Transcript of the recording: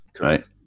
right